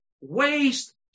waste